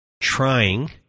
trying